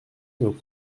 nos